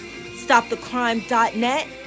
Stopthecrime.net